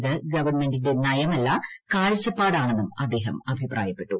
ഇത് ഗവൺമെന്റിന്റെ നയമല്ല കാഴ്ചപ്പാടാണെന്നും അദ്ദേഹം അഭിപ്രായപ്പെട്ടു